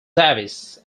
davis